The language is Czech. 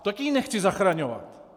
A taky ji nechci zachraňovat.